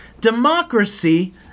Democracy